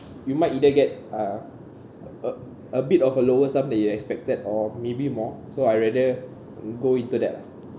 you might either get uh a a bit of a lower sum than you expected or maybe more so I rather go into that